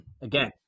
again